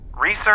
Research